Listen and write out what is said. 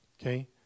Okay